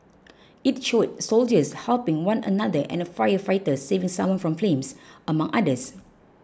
it showed soldiers helping one another and a firefighter saving someone from flames among others